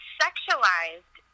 sexualized